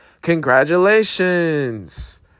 Congratulations